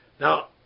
Now